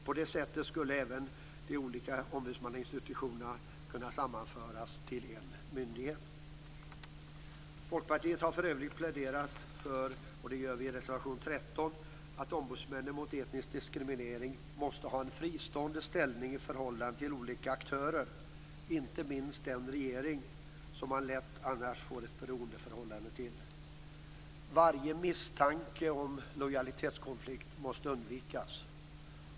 På det sättet skulle även de olika ombudsmannainstitutionerna kunna sammanföras till en myndighet. Folkpartiet har för övrigt pläderat för - det gör vi i reservation 13 - att Ombudsmannen mot etnisk diskriminering skall ha en fristående ställning i förhållande till olika aktörer, inte minst den regering som annars man lätt får ett beroendeförhållande till. Varje misstanke om lojalitetskonflikt måste undvikas.